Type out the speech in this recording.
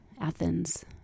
Athens